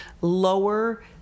lower